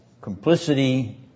complicity